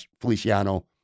Feliciano